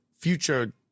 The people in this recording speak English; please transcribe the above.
future